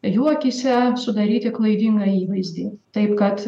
jų akyse sudaryti klaidingą įvaizdį taip kad